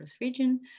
region